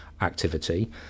activity